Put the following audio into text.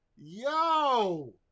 Yo